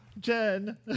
Jen